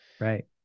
Right